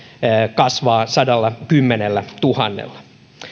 kasvaa sadallakymmenellätuhannella